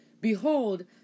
Behold